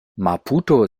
maputo